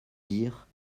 dire